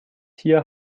hier